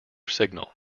signal